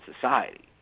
society